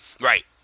Right